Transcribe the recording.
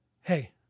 Hey